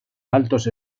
altos